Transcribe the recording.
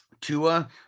Tua